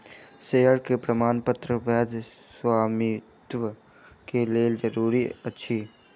share के प्रमाणपत्र वैध स्वामित्व के लेल जरूरी अछि